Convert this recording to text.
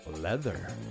Leather